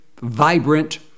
vibrant